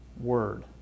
word